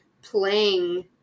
playing